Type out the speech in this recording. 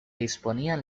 disponían